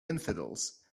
infidels